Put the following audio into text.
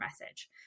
message